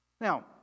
Now